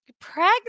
pregnant